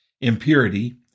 impurity